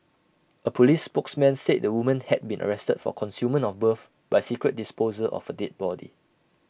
A Police spokesman said the woman had been arrested for concealment of birth by secret disposal of A dead body